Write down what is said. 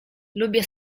lubię